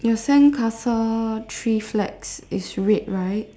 your sandcastle three flags is red right